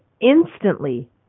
instantly